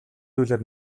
зүйлээр